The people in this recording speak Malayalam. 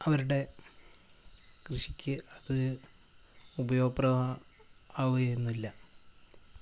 അവരുടെ കൃഷിക്ക് അത് ഉപയോഗം ആവുകയൊന്നുമില്ല